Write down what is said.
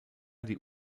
die